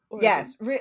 Yes